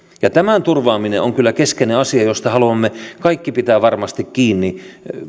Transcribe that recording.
ja tämän turvaaminen on kyllä keskeinen asia josta haluamme kaikki pitää varmasti kiinni